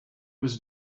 was